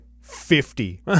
Fifty